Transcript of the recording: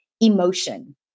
emotion